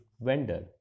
vendor